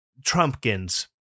Trumpkins